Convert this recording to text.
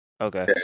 Okay